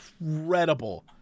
incredible